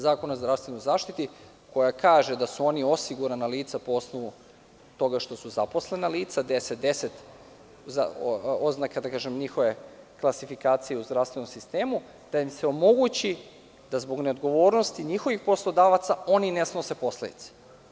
Zakona o zdravstvenoj zaštiti, koja kaže da su oni osigurana lica po osnovu toga što su zaposlena lica, oznaka 1010 njihove klasifikacije u zdravstvenom sistemu, da im se omogući da zbog neodgovornosti njihovih poslodavaca oni ne snose posledice.